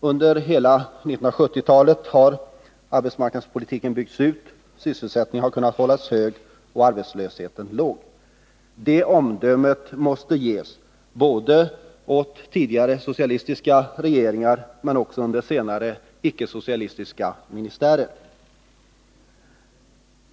Under hela 1970-talet har arbetsmarknadspolitiken byggts ut, sysselsättningen har kunnat hållas hög och arbetslösheten låg. Det omdömet måste 2 Riksdagens protokoll 1980/81:158-159 fällas både om tidigare socialistiska regeringar och om senare ickesocialistiska ministärer.